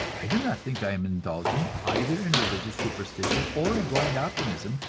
i do not think i am indulging either in religious superstition or in blind optimism,